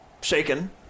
shaken